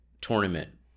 tournament